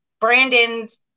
Brandon's